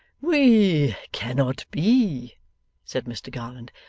we cannot be said mr garland.